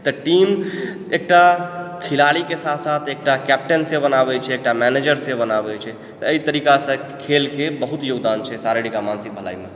तऽ टीम एकटा खेलाड़ीके साथ साथ एकटा कैप्टन से बनाबै छै एकटा मैनेजर से बनाबै छै तऽ एहि तरिकासँ खेलके बहुत योगदान छै शारीरिक आओर मानसिक भलाइमे